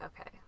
okay